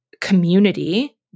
community